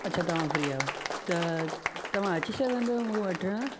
अछा तव्हां फ्री आयो त तव्हां अची सघंदा आयो मूंखे वठणु